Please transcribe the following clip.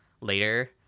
later